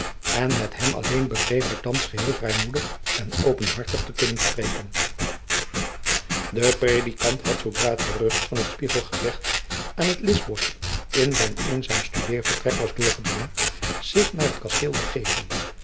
en met hem alleen begreep hij thands geheel vrijmoedig en openhartig te kunnen spreken jacob van lennep de pleegzoon de predikant had zoodra het gerucht van het spiegelgevecht aan het lischboschje in zijn eenzaam studeervertrek was doorgedrongen zich naar het kasteel begeven